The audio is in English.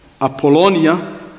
Apollonia